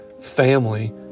family